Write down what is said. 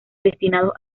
destinados